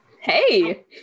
Hey